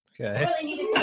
Okay